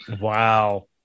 Wow